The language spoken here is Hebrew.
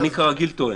אני כרגיל טועה.